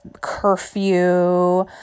Curfew